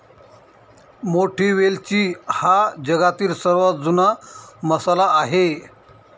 मोठी वेलची हा जगातील सर्वात जुना मसाला आहे